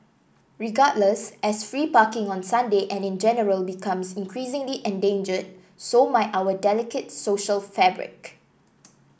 regardless as free parking on Sunday and in general becomes increasingly endangered so might our delicate social fabric